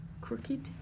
crooked